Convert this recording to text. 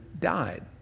died